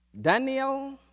Daniel